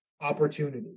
opportunity